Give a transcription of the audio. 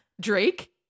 Drake